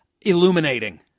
illuminating